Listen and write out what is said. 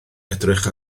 edrych